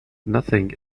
nothing